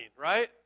right